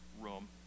room